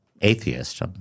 atheist